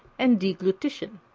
and deglutition.